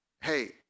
hey